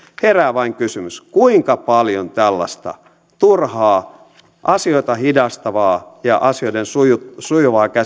herää vain kysymys kuinka paljon meillä onkaan hallinnossa ja oikeudenkäytössä tällaista turhaa asioita hidastavaa ja asioiden sujuvaa käsittelyä estävää byrokratiaa joka